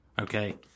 Okay